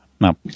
No